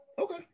Okay